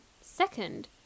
Second